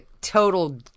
total